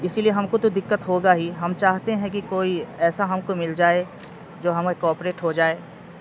اسی لیے ہم کو تو دقت ہوگا ہی ہم چاہتے ہیں کہ کوئی ایسا ہم کو مل جائے جو ہمیں کوپریٹ ہو جائے